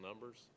numbers